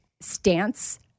stance